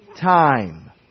time